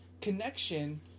connection